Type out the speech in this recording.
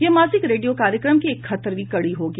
यह मासिक रेडियो कार्यक्रम की इकहत्तरवीं कड़ी होगी